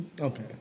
okay